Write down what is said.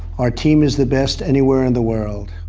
our team is the best anywhere in the world.